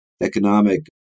economic